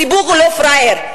הציבור הוא לא פראייר,